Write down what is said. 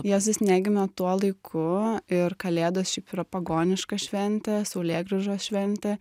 jėzus negimė tuo laiku ir kalėdos šiaip yra pagoniška šventė saulėgrįžos šventė